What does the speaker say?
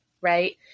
right